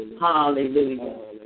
Hallelujah